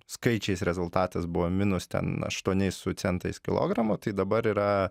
skaičiais rezultatas buvo minus ten aštuoni su centais kilogramų tai dabar yra